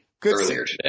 Good